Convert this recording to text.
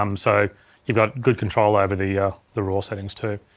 um so you've got good control over the ah the raw settings too.